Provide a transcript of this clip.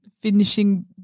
finishing